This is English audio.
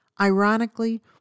Ironically